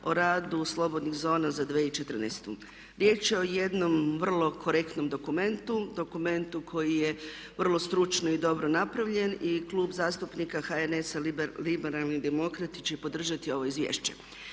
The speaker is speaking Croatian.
o radu slobodnih zona za 2014. riječ je o jednom vrlo korektnom dokumentu, dokumentu koji je vrlo stručno i dobro napravljen i Klub zastupnika HNS-a Liberalni demokrati će podržati ovo izvješće.